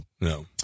No